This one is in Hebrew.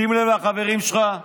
שים לב לחברים שלך,